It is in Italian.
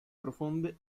profonde